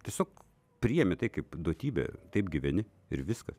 tiesiog priimi tai kaip duotybę taip gyveni ir viskas